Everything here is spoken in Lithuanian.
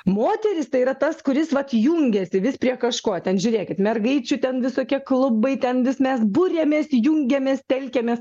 moteris tai yra tas kuris vat jungiasi vis prie kažko ten žiūrėkit mergaičių ten visokie klubai ten vis mes buriamės jungiamės telkiamės